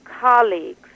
colleagues